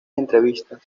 entrevistas